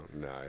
No